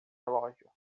relógio